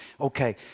Okay